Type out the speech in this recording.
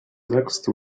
next